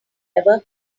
ever